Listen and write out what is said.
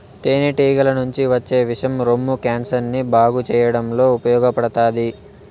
తేనె టీగల నుంచి వచ్చే విషం రొమ్ము క్యాన్సర్ ని బాగు చేయడంలో ఉపయోగపడతాది